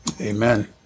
amen